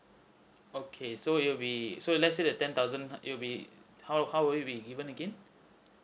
okay so it will be so let's say the ten thousand it will be how how we'll be given again